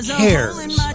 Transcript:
cares